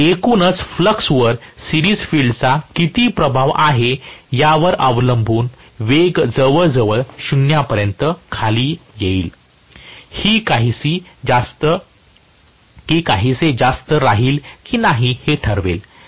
एकूणच फ्लक्स वर series field चा किती प्रभाव आहे यावर अवलंबून वेग जवळजवळ 0 पर्यंत खाली येईल की काहीसे जास्त राहील की नाही हे ठरवेल